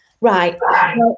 Right